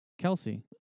Kelsey